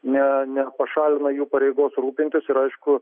ne nepašalina jų pareigos rūpintis ir aišku